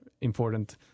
important